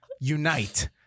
unite